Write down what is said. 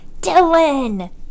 Dylan